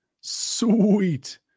Sweet